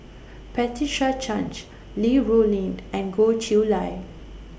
Patricia Chan Li Rulin and Goh Chiew Lye